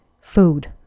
food